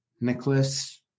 Nicholas